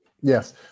Yes